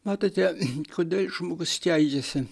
matote kodėl žmogus keikiasi